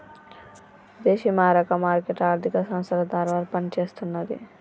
విదేశీ మారక మార్కెట్ ఆర్థిక సంస్థల ద్వారా పనిచేస్తన్నది